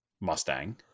Mustang